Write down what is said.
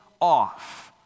off